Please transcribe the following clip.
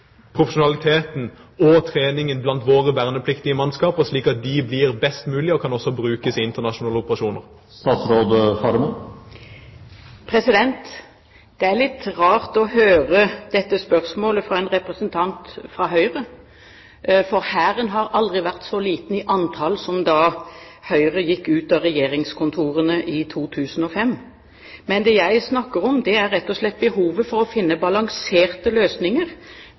profesjonaliteten og treningen blant våre vernepliktige mannskaper, slik at de blir best mulig og også kan brukes i internasjonale operasjoner. Det er litt rart å høre dette spørsmålet fra en representant fra Høyre, for Hæren har aldri vært så liten i antall som da Høyre gikk ut av regjeringskontorene i 2005. Men det jeg snakker om, er rett og slett behovet for å finne balanserte løsninger,